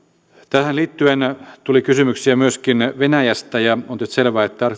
tähän liittyen tuli kysymyksiä myöskin venäjästä ja on tietysti selvää että